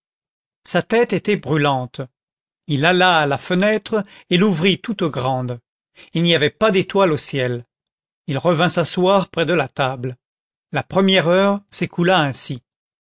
sa tête était brûlante il alla à la fenêtre et l'ouvrit toute grande il n'y avait pas d'étoiles au ciel il revint s'asseoir près de la table la première heure s'écoula ainsi